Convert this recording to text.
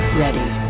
ready